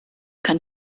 kann